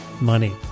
money